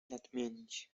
nadmienić